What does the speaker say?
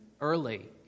early